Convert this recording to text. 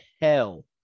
hell